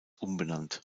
umbenannt